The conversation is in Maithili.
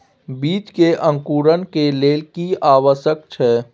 बीज के अंकुरण के लेल की आवश्यक छै?